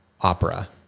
opera